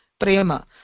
prema